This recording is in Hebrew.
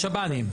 לשב"נים?